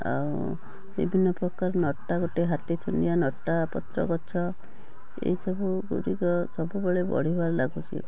ଆଉ ବିଭିନ୍ନ ପ୍ରକାର ନଟା ଗୋଟେ ହାତିଶୁଣ୍ଡିଆ ଲଟା ପତ୍ରଗଛ ଏହିସବୁ ଗୁଡ଼ିକ ସବୁବେଳେ ବଢ଼ିବାରେ ଲାଗୁଛି